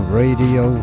radio